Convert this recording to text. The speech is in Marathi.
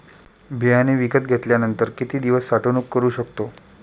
बियाणे विकत घेतल्यानंतर किती दिवस साठवणूक करू शकतो?